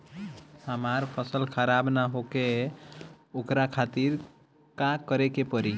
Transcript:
हमर फसल खराब न होखे ओकरा खातिर का करे के परी?